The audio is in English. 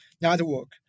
Network